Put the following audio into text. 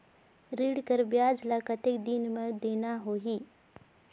ऋण कर ब्याज ला कतेक दिन मे देना होही?